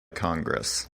congress